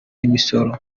imisoro